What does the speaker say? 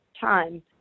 time